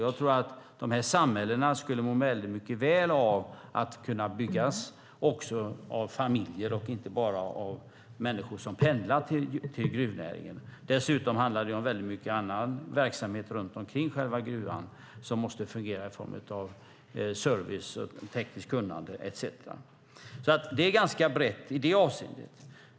Jag tror att dessa samhällen skulle må väl av att bestå av familjer, inte bara av människor som pendlar till gruvnäringen. Det handlar dessutom om mycket annan verksamhet runt omkring själva gruvan som måste fungera, service, tekniskt kunnande etcetera. Det är brett i det avseendet.